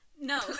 No